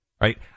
Right